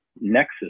nexus